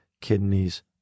kidneys